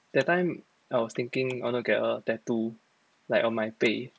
that time I was thinking I wanna get a tattoo like on my 背